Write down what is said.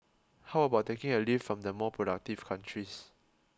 how about taking a leaf from the more productive countries